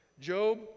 Job